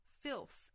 filth